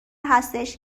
هستش